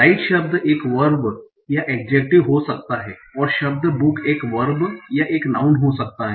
light शब्द एक verb या एड्जेक्टिव हो सकता है और शब्द बुक एक वर्ब या एक नाऊँन हो सकता है